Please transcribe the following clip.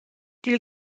dil